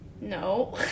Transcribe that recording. no